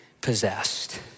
possessed